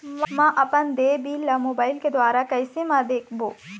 म अपन देय बिल ला मोबाइल के द्वारा कैसे म देखबो?